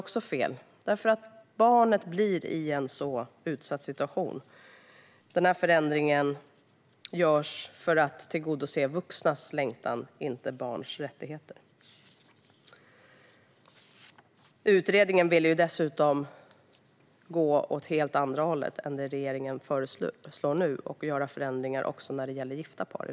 Barnet hamnar i en utsatt situation. Denna förändring görs för att tillgodose vuxnas längtan, inte barns rättigheter. Utredningen ville dessutom gå åt motsatt håll än det regeringen nu föreslår och göra förändringar i dessa avseenden även när det gäller gifta par.